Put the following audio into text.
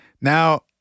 Now